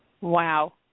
Wow